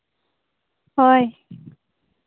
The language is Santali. ᱦᱳᱭ